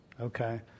Okay